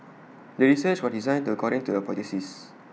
the research was designed according to the hypothesis